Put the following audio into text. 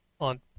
on